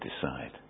decide